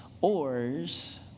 oars